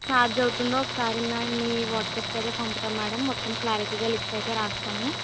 charge అవుతుంది ఒకసారి మ మీ వాట్సాప్కు అయితే పంపుతాం మేడం మొత్తం క్లారిటీగా లిస్ట్ అయితే రాస్తాము